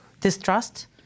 distrust